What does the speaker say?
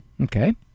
Okay